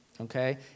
Okay